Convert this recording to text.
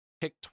pick